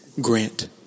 grant